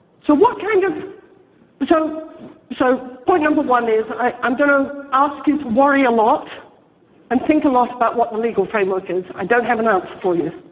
so, what kind of so so point number one is, i'm going to ask you to worry a lot and think a lot about what the legal framework is. i don't have an answer for you,